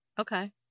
Okay